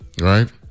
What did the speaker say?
right